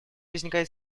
возникает